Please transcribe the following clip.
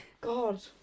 God